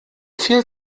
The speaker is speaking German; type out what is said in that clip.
viel